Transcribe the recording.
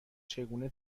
چگونه